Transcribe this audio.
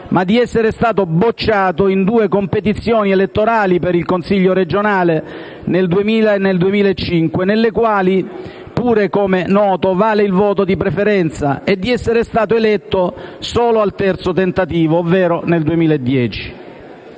ma di essere stato bocciato in due competizioni elettorali per il Consiglio regionale (2000 e 2005), nelle quali pure, come noto, vale il voto di preferenza, e di essere stato eletto solo al terzo tentativo (nel 2010).